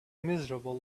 miserable